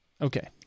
Okay